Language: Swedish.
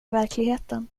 verkligheten